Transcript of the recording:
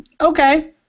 Okay